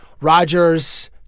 rogers